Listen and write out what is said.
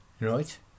Right